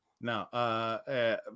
Now